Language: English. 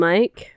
Mike